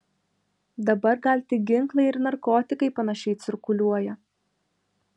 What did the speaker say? dabar gal tik ginklai ir narkotikai panašiai cirkuliuoja